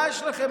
מה יש לכם, אתם?